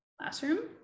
classroom